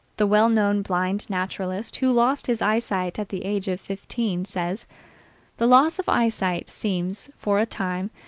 the well-known blind naturalist who lost his eyesight at the age of fifteen, says the loss of eyesight seems, for a time,